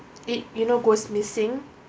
it you know goes missing